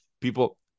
people